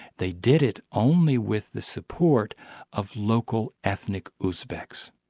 they did it only with the support of local ethnic uzbeks,